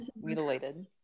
mutilated